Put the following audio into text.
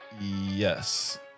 Yes